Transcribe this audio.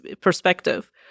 perspective